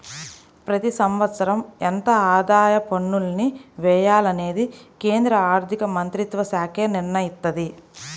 ప్రతి సంవత్సరం ఎంత ఆదాయ పన్నుల్ని వెయ్యాలనేది కేంద్ర ఆర్ధికమంత్రిత్వశాఖే నిర్ణయిత్తది